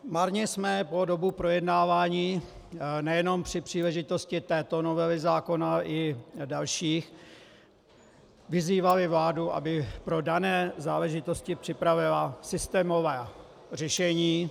Marně jsme po dobu projednávání nejenom při příležitosti této novely zákona i dalších vyzývali vládu, aby pro dané záležitosti připravila systémové řešení.